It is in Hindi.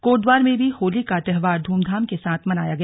कोटद्वार में भी होली का त्यौहार धूमधाम के साथ मनाया गया